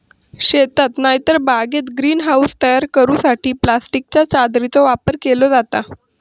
शेतात नायतर बागेत ग्रीन हाऊस तयार करूसाठी प्लास्टिकच्या चादरीचो वापर केलो जाता